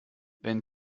wenn